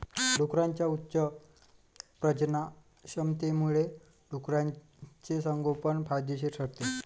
डुकरांच्या उच्च प्रजननक्षमतेमुळे डुकराचे संगोपन फायदेशीर ठरते